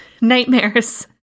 nightmares